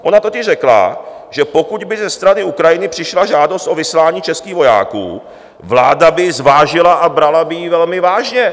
Ona totiž řekla, že pokud by ze strany Ukrajiny přišla žádost o vyslání českých vojáků, vláda by ji zvážila a brala by ji velmi vážně.